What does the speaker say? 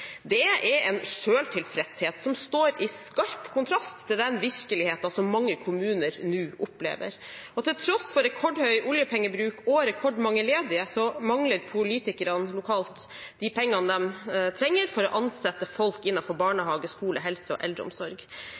Det er en selvtilfredshet som står i skarp kontrast til den virkeligheten som mange kommuner nå opplever. Til tross for rekordhøy oljepengebruk og rekordmange ledige mangler politikerne lokalt de pengene de trenger for å ansette folk innenfor barnehage, skole, helse og eldreomsorg.